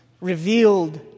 revealed